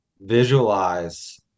visualize